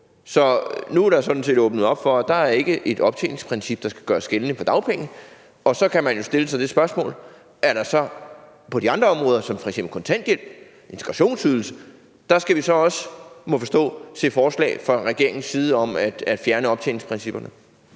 så nu er der sådan set åbnet op for, at der ikke er et optjeningsprincip, der skal gøres gældende på dagpengeområdet, og så kan man jo stille sig det spørgsmål, om vi så også på de andre områder som f.eks. kontanthjælp og integrationsydelse skal se forslag fra regeringens side om at fjerne optjeningsprincipperne.